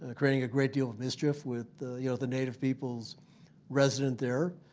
ah creating a great deal of mischief with the you know the native people's resident there.